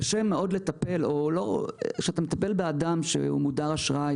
קשה מאוד לטפל או כשאתה מטפל באדם שהוא מודר אשראי